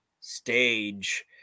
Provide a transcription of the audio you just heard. stage